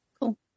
cool